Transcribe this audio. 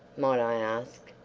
might i ask,